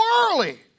early